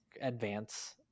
advance